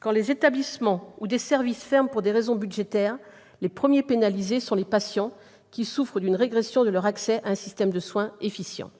Quand des établissements ou des services ferment pour des raisons budgétaires, les premiers pénalisés sont les patients, qui souffrent d'une régression de leur accès à un système de soins efficient.